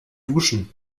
duschen